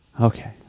Okay